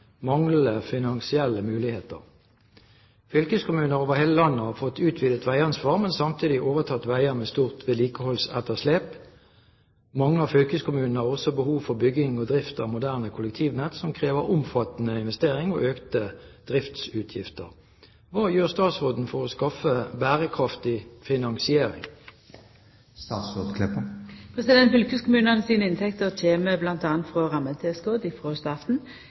finansielle muligheter. Fylkeskommuner over hele landet har fått utvidet veiansvar, men samtidig overtatt veier med stort vedlikeholdsetterslep. Mange av fylkeskommunene har også stort behov for bygging og drift av moderne kollektivnett som krever omfattende investering og økte driftsmidler. Hva gjør statsråden for å skaffe bærekraftig finansiering?»